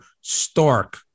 stark